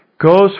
goes